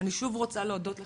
אני שוב רוצה להודות לך,